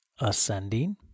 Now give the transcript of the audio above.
ascending